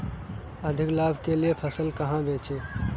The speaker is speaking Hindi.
अधिक लाभ के लिए फसल कहाँ बेचें?